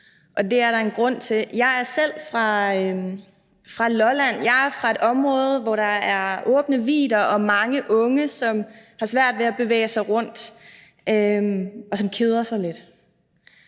og det er der en grund til. Jeg er selv fra Lolland, jeg er fra et område, hvor der er åbne vidder og mange unge, som har svært ved at bevæge sig rundt, og som keder sig lidt,